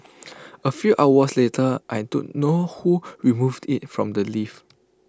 A few hours later I don't know who removed IT from the lift